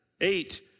Eight